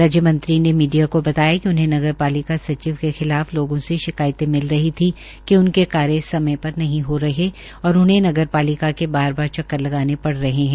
राज्य मंत्री ने मीडिया को बताया कि उन्हें नगरपालिका सचिव के खिलाफ लोगों से शिकायतें मिल रही थी कि उनके कार्य समय नहीं हो रहे है और उन्हें नगरपालिका के बार बार चक्कर लगाने पड रहे है